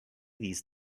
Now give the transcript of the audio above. these